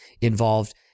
involved